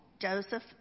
Joseph